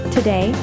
Today